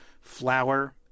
flour